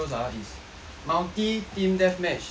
multi team death match in